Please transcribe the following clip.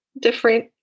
different